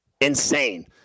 Insane